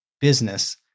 business